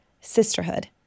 sisterhood